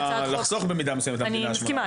אני מתייחסת להצעת החוק שאז צוינה.